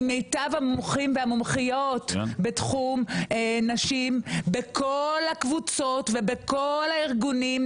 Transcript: עם מיטב המומחים והמומחיות בתחום נשים בכל הקבוצות ובכל הארגונים,